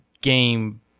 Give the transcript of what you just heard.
Game